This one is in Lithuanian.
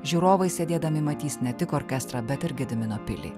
žiūrovai sėdėdami matys ne tik orkestrą bet ir gedimino pilį